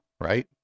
right